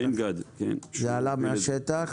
זה עלה מהשטח.